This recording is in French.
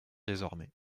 désormais